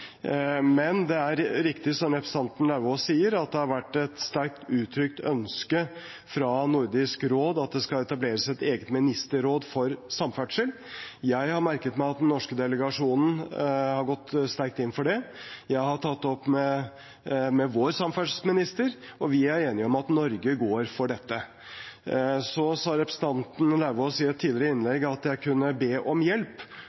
Men det er riktig, som representanten Lauvås sier, at det har vært et sterkt uttrykt ønske fra Nordisk råd om at det skal etableres et eget ministerråd for samferdsel. Jeg har merket meg at den norske delegasjonen har gått sterkt inn for det. Jeg har tatt det opp med vår samferdselsminister, og vi er enige om at Norge skal gå for dette. Representanten Lauvås sa i et tidligere innlegg at jeg kunne be om hjelp,